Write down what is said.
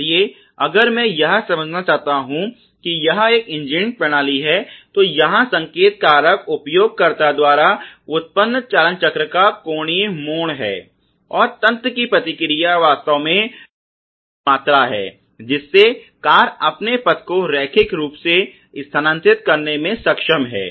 इसलिए अगर मैं यह समझना चाहता हूं कि यह एक इंजीनियरिंग प्रणाली है तो यहां संकेत कारक उपयोगकर्ता द्वारा उत्पन्न चालनचक्र का कोणीय मोड़ है और तंत्र की प्रतिक्रिया वास्तव में डिग्री की मात्रा है जिससे कार अपने पथ को रैखिक रूप से स्थानांतरित करने में सक्षम है